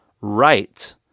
right